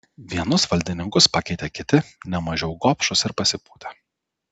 vienus valdininkus pakeitė kiti ne mažiau gobšūs ir pasipūtę